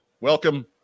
welcome